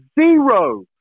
zero